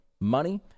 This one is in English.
money